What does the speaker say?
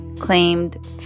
claimed